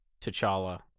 T'Challa